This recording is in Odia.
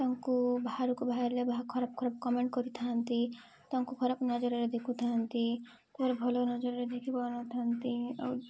ତାଙ୍କୁ ବାହାରକୁ ବାହାରିଲେ ଖରାପ ଖରାପ କମେଣ୍ଟ କରିଥାନ୍ତି ତାଙ୍କୁ ଖରାପ ନଜରରେ ଦେଖୁଥାନ୍ତି କେବେ ଭଲ ନଜରରେ ଦେଖିପାରୁନଥାନ୍ତି ଆଉ